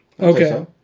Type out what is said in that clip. Okay